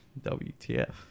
WTF